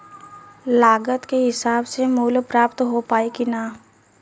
लागत के हिसाब से मूल्य प्राप्त हो पायी की ना?